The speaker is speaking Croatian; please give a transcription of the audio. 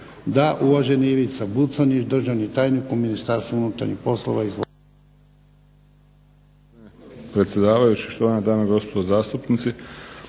Da. Uvaženi Ivica Buconjić, državni tajnik u Ministarstvu unutarnjih poslova.